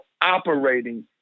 operating